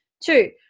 two